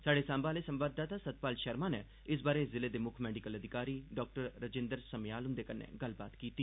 स्हाड़े सांबा आह्ले संवाददाता सत पाल शर्मा नै इस बारै जिले दे मुक्ख मैडिकल अधिकारी डाक्टर रजिंदर समेयाल हुंदे कन्नै गल्लबात कीती